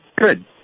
Good